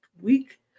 week